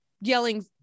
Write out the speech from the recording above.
yelling